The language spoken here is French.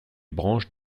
branches